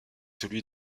celui